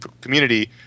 community